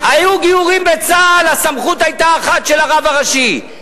היו גיורים בצה"ל, הסמכות היתה אחת, של הרב הראשי.